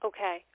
Okay